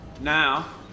Now